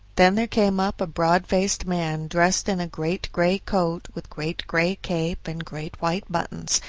then there came up a broad-faced man, dressed in a great gray coat with great gray cape and great white buttons,